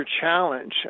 challenge